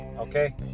Okay